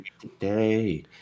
today